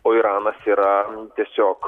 o iranas yra tiesiog